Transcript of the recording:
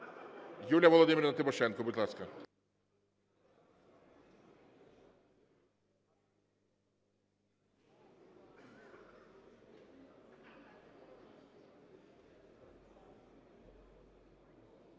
Юлія Володимирівна Тимошенко, будь ласка.